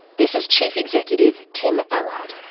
this is chief executive, tim allard.